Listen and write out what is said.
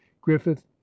griffith